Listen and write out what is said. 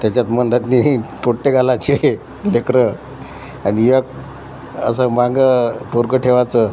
त्याच्यात मध्यातून ही पोट्टे घालायचे हे लेकरं आणि एक असं मागं पोरगं ठेवायचं